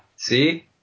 See